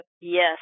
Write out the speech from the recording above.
Yes